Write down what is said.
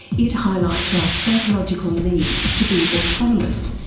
it highlights our psychological need to be autonomous,